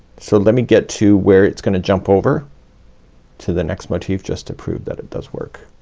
so let me get to where it's gonna jump over to the next motif just to prove that it does work.